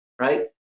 right